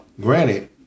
granted